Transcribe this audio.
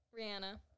rihanna